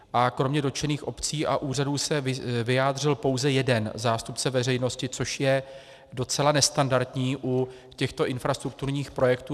A kromě dotčených obcí a úřadů se vyjádřil pouze jeden zástupce veřejnosti, což je docela nestandardní u těchto infrastrukturních projektů.